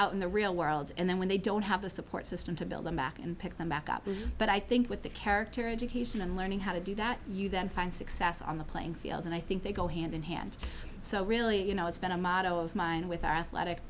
out in the real world and then when they don't have the support system to build them back and pick them back up but i think with the character education and learning how to do that you then find success on the playing field and i think they go hand in hand so really you know it's been a motto of mine with our athletic